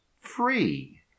free